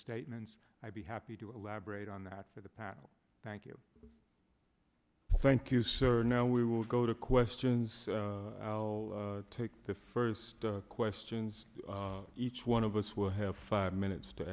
statements i'd be happy to elaborate on that for the past thank you thank you sir now we will go to questions i'll take the first questions each one of us will have five minutes to